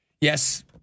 Yes